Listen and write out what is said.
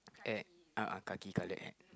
eh a'ah khaki coloured hat